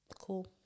cool